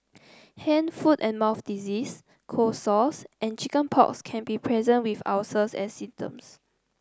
hand foot and mouth disease cold sores and chicken pox can be present with ulcers as symptoms